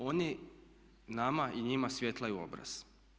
Oni nama i njima svjetlaju obraz.